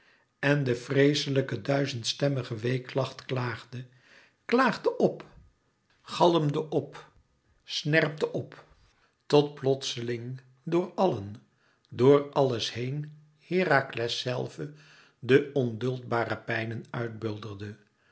en de vreeslijke duizendstemmige weeklacht klaagde klaagde p galmde op snerpte op tot plotseling door allen door alles heen herakles zelve de onduldbare pijnen